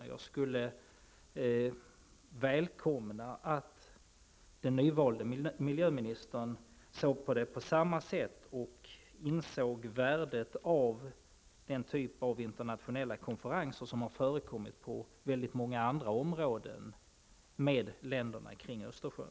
Jag skulle välkomna att den nyvalde miljöministern såg på saken på samma sätt och insåg värdet av den typ av internationella konferenser som förekommit på väldigt många andra områden mellan länderna kring Östersjön.